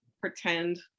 pretend